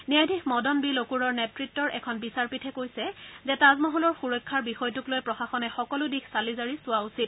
ন্যায়াধীশ মদন বি লকুৰৰ নেতৃত্বৰ এখন বিচাৰপীঠে কৈছে যে তাজমহলৰ সুৰক্ষাৰ বিষয়টোক লৈ প্ৰশাসনে সকলো দিশ চালি জাৰি চোৱা উচিত